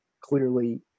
clearly